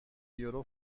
یورو